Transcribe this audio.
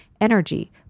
energy